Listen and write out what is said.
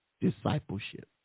discipleship